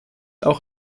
auch